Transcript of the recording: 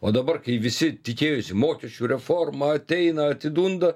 o dabar kai visi tikėjosi mokesčių reforma ateina atidunda